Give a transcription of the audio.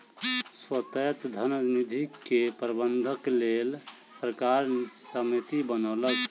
स्वायत्त धन निधि के प्रबंधनक लेल सरकार समिति बनौलक